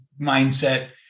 mindset